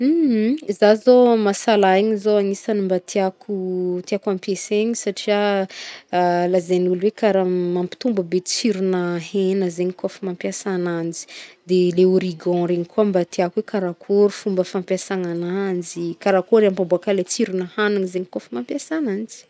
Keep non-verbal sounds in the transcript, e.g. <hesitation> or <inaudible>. <noise> Za zao massala igny zao agnisan'ny mba tiàko ampiasaigny satria <hesitation> lazain'olo hoe karaha mampitombo be tsirona hena zay koa izy kaofa mampiasa agnanjy, de le origan regny koa mba tiàko hoe karakôry fomba fampiasana aganjy, karakôry ampiboaka le tsirona hagniny izy kaofa mampiasa agnanjy.